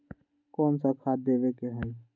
कोन सा खाद देवे के हई?